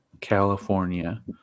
California